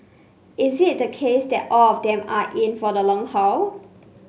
is it the case that all of them are in for the long haul